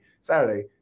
Saturday